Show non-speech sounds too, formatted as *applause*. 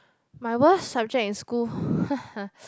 my worst subject in school *breath* haha